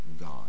God